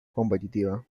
competitiva